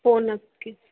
हो नक्कीच